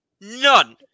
None